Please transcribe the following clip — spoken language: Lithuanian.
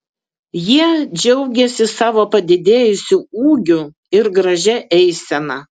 jie džiaugėsi savo padidėjusiu ūgiu ir gražia eisena